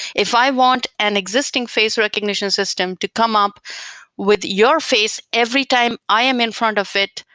if i want an existing face recognition system to come up with your face every time i am in front of it,